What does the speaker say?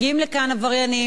מסתננים,